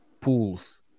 pools